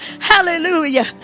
Hallelujah